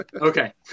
Okay